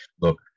look